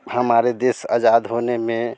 हमारा देश आज़ाद होने में